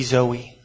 Zoe